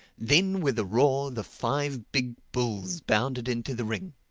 then with a roar the five big bulls bounded into the ring.